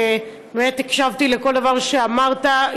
באמת הקשבתי לכל דבר שאמרת,